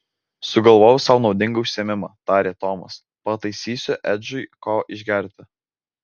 sugalvojau sau naudingą užsiėmimą tarė tomas pataisysiu edžiui ko išgerti